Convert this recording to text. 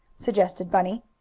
suggested bunny.